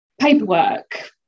paperwork